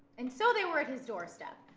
and so, they were at his door step,